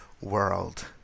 world